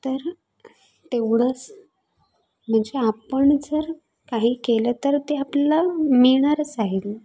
तर तेवढंच म्हणजे आपण जर काही केलं तर ते आपल्याला मिळणारच आहे ना